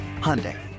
Hyundai